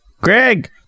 Greg